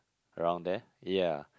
around there ya